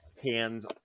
hands